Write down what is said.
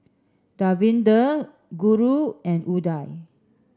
Davinder Guru and Udai